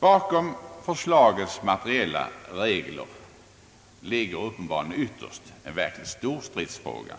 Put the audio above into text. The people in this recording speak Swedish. Bakom förslagets materiella regler ligger uppenbarligen ytterst en verkligt stor stridsfråga,